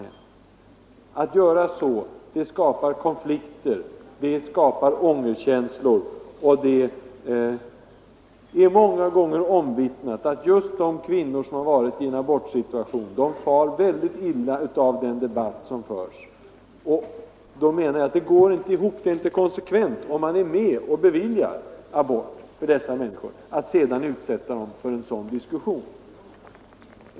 När man gör så, bidrar man till konflikter och ångestkänslor; det är många gånger omvittnat att just de kvinnor som varit i en abortsituation tar väldigt illa vid sig av den debatt som förs på detta sätt. Detta går inte ihop — det är inte konsekvent: är man med på att bevilja abort, skall man inte sedan utsätta dessa människor för en sådan diskussion.